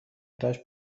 داشت